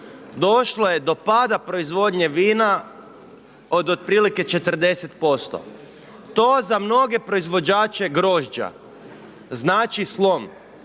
došlo je do pada proizvodnje vina od otprilike 40%. To za mnoge proizvođače grožđa znači slom.